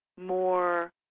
more